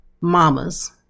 mamas